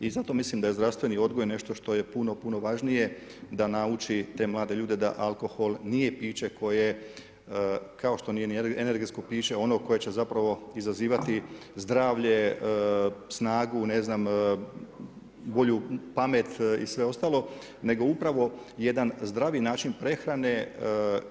I zato mislim da je zdravstveni odgoj nešto što je puno, puno važnije da nauči te mlade ljude da alkohol nije piće koje, kao što nije ni energetsko piće ono koje će zapravo izazivati zdravlje, snagu, ne znam bolju pamet i sve ostalo, nego upravo jedan zdravi način prehrane